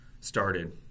started